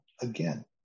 again